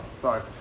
sorry